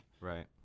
right